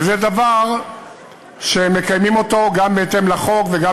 וזה דבר שמקיימים אותו גם בהתאם לחוק וגם